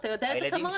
ואתה יודע את זה כמוני.